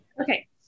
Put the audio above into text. Okay